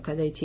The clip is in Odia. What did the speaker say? ରଖାଯାଇଛି